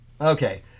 Okay